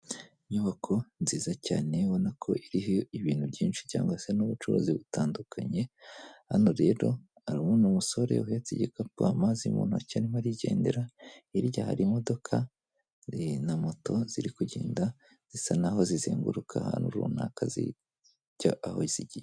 Inyubako nziza cyane ubona ko iriho ibintu byinshi cyangwa se n'ubucuruzi butandukanye, hano rero abona umusore uhetse igikapo amazi mu ntoki arimo arigendera, hirya hari imodoka na moto ziri kugenda zisa naho zizenguruka ahantu runaka zizi aho zigiye.